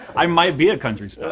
i might be a country